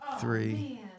three